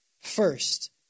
first